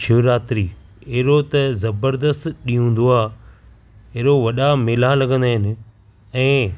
शिवरात्री अहिड़ो त ज़बरदस्त ॾींहुं हुंदो आहे एॾो वॾा मेला लगंदा आहिनि ऐं